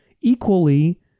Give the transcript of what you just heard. equally